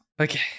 Okay